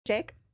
Jake